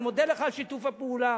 אני מודה לך על שיתוף הפעולה,